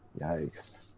Yikes